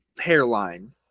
hairline